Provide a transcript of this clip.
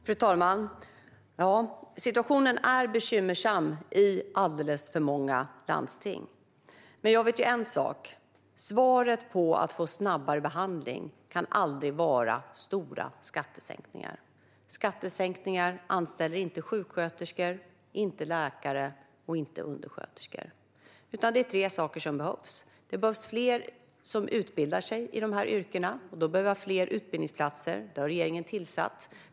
Fru talman! Situationen är bekymmersam i alldeles för många landsting, men en sak vet jag: Svaret på att få snabbare behandling kan aldrig vara stora skattesänkningar. Skattesänkningar anställer inte sjuksköterskor, läkare eller undersköterskor. Det är tre saker som behövs: Det behövs fler som utbildar sig inom dessa yrken, och då behöver vi fler utbildningsplatser, vilket regeringen har tillsatt.